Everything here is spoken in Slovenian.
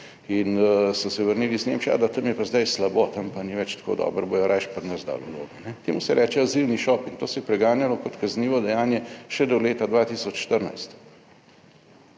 In so se vrnili iz Nemčije, da tam je pa zdaj slabo, tam pa ni več tako dobro, bodo rajši pri nas dali vlogo. Temu se reče azilni šoping, to se je preganjalo kot kaznivo dejanje še do leta 2014.